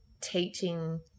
teaching